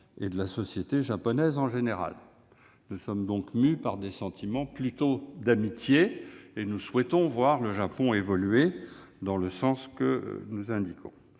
et de la société japonaise en général. Nous sommes donc mus par des sentiments d'amitié et souhaitons voir le Japon évoluer dans le sens que nous indiquons.